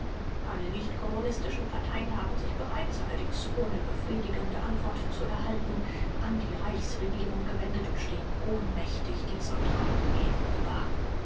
alle nichtkommunistischen parteien haben sich bereits allerdings ohne befriedigende antwort zu erhalten an die reichsregierung gewendet und stehen ohnmächtig diesem treiben gegenüber